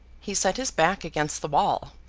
he set his back against the wall,